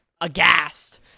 aghast